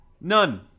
None